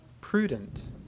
prudent